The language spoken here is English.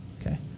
Okay